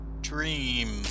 dream